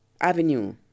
avenue